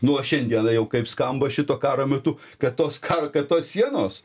nu o šiandiena jau kaip skamba šito karo metu kad tos kar kad tos sienos